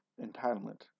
entitlement